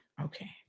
Okay